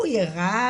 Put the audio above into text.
אולי הוא יהיה רב,